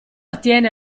attiene